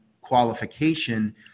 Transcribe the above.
qualification